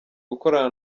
gukorana